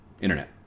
internet